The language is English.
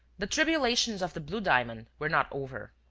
the tribulations of the blue diamond were not over.